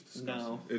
No